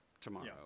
tomorrow